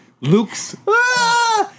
Luke's